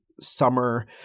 summer